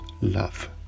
love